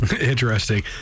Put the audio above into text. Interesting